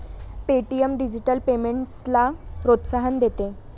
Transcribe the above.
Paytm digital पेमेंट्सला प्रोत्साहन देते